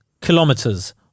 kilometers